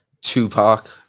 Tupac